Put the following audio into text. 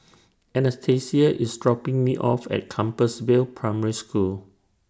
Anastasia IS dropping Me off At Compassvale Primary School